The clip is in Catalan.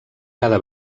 cada